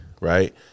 right